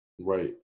right